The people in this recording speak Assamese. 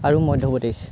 আৰু মধ্য প্ৰদেশ